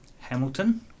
Hamilton